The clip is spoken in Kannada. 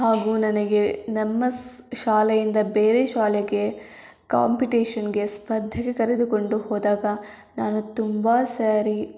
ಹಾಗೂ ನನಗೆ ನಮ್ಮ ಶಾಲೆಯಿಂದ ಬೇರೆ ಶಾಲೆಗೆ ಕಾಂಪಿಟೇಷನ್ಗೆ ಸ್ಪರ್ಧೆಗೆ ಕರೆದುಕೊಂಡು ಹೋದಾಗ ನಾನು ತುಂಬ ಸಾರಿ